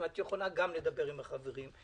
את יכולה גם לדבר עם החברים,